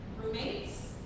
roommates